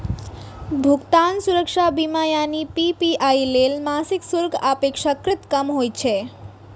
भुगतान सुरक्षा बीमा यानी पी.पी.आई लेल मासिक शुल्क अपेक्षाकृत कम होइ छै